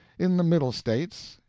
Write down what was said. in the middle states,